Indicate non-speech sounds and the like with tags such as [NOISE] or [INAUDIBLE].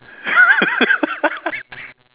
[LAUGHS]